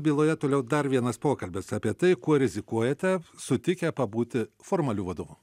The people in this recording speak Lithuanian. byloje toliau dar vienas pokalbis apie tai kuo rizikuojate sutikę pabūti formaliu vadovu